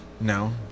No